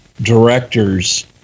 directors